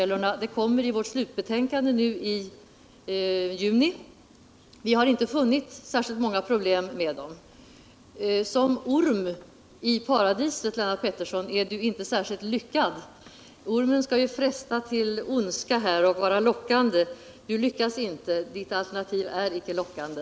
Resultatet av det arbetet kommer i vårt slutbetänkande i juni. Vi har inte funnit särskilt många problem med dem. Som orm i paradiset är Lennart Pettersson inte särskilt lyckad. Ormen skall ju fresta till ondska och vara lockande. Lennart Pettersson lyckas inte — hans alternativ är inte lockande.